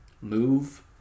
move